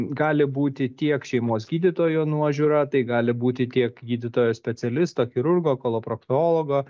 gali būti tiek šeimos gydytojo nuožiūra tai gali būti tiek gydytojo specialisto chirurgo koloproktologo